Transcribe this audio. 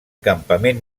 campament